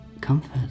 comfort